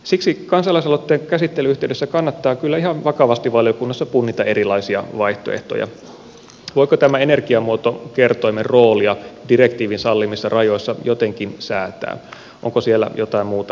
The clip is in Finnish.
siksi kansalaisaloitteen käsittelyn yhteydessä kannattaa kyllä ihan vakavasti valiokunnassa punnita erilaisia vaihtoehtoja voiko tämän energiamuotokertoimen roolia direktiivin sallimissa rajoissa jotenkin säätää onko siellä jotain muuta rukattavaa